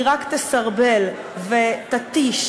היא רק תסרבל ותתיש,